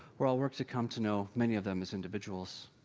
where i'll work to come to know many of them as individuals.